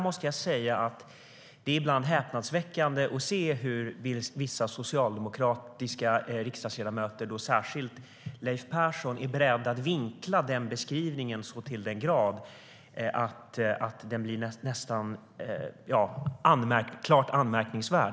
Det är ibland häpnadsväckande att se hur vissa socialdemokratiska riksdagsledamöter, särskilt Leif Jakobsson, är beredda att vinkla den beskrivningen så till den grad att det blir klart anmärkningsvärt.